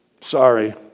Sorry